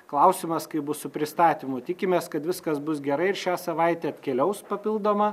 klausimas kaip bus su pristatymu tikimės kad viskas bus gerai ir šią savaitę atkeliaus papildoma